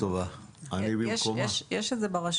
יש מערכות